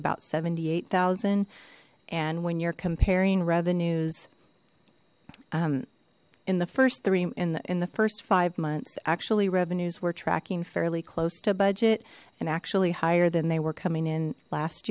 about seventy eight zero and when you're comparing revenues in the first three min the in the first five months actually revenues were tracking fairly close to budget and actually higher than they were coming in last